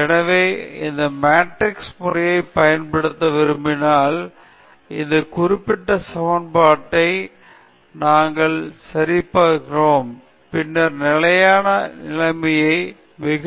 எனவே இந்த மேட்ரிக்ஸ் முறையைப் பயன்படுத்த விரும்பினால் இந்த குறிப்பிட்ட சமன்பாட்டை நாங்கள் சரிசெய்கிறோம் பின்னர் நிலையான நிலைமையை மிக